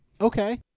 Okay